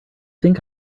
think